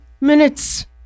minutes